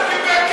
אומר.